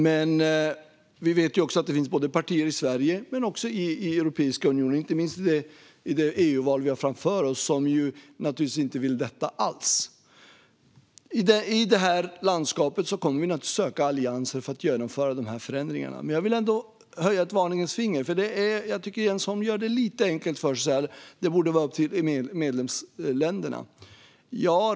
Men vi vet också att det finns partier i både Sverige och Europeiska unionen, inte minst i det EU-val vi har framför oss, som naturligtvis inte vill detta alls. I det landskapet kommer vi naturligtvis att söka allianser för att genomföra de här förändringarna. Jag vill ändå höja ett varningens finger. Jag tycker att Jens Holm gör det lite enkelt för sig när han säger att det borde vara upp till medlemsländerna.